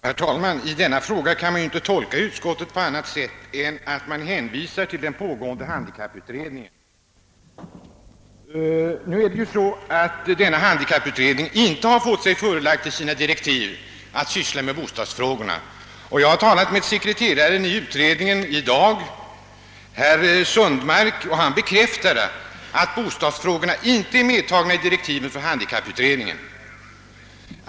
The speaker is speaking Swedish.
Herr talman! I denna fråga kan man inte tolka utskottets skrivning på annat sätt än som en hänvisning till den pågående handikapputredningen. Denna utredning har inte fått sig förelagt i sina direktiv att syssla med bostadsfrågorna — jag har i dag talat med sekreteraren i utredningen, herr Sundmark, och han har bekräftat att bostadsfrågorna inte är medtagna i direktiven för handikapputredningen.